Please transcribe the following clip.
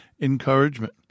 encouragement